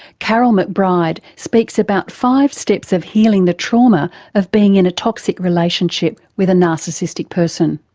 karyl mcbride speaks about five steps of healing the trauma of being in a toxic relationship with a narcissistic person.